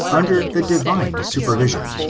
under the divine supervision,